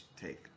take